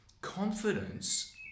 confidence